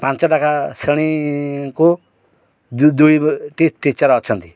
ପାଞ୍ଚ ଟଙ୍କା ଶ୍ରେଣୀକୁ ଦୁଇ ଟିଚର୍ ଅଛନ୍ତି